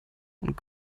und